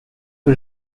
que